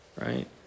Right